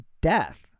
death